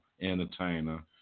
Entertainer